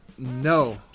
No